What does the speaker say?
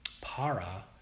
Para